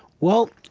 well,